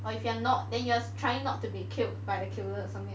or if you are not then you just try not to be killed by the killer or something like that